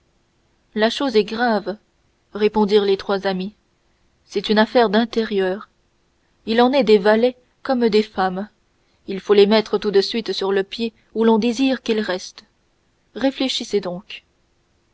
la chose est grave répondirent les trois amis c'est une affaire d'intérieur il en est des valets comme des femmes il faut les mettre tout de suite sur le pied où l'on désire qu'ils restent réfléchissez donc